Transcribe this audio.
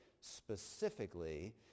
specifically